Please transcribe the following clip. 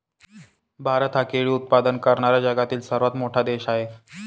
भारत हा केळी उत्पादन करणारा जगातील सर्वात मोठा देश आहे